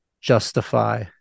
justify